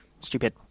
Stupid